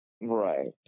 Right